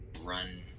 run